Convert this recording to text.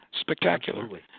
Spectacular